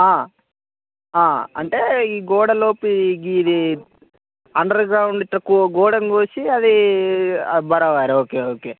అంటే ఈ గోడలోపు ఇది అండర్ గ్రౌండ్ గిట్ల గోడను కోసి అది బరాబర్ ఓకే ఓకే